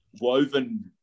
woven